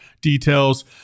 details